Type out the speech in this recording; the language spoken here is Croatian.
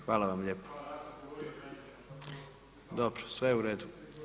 Hvala vam lijepo. … [[Upadica se ne čuje.]] Dobro, sve je u redu.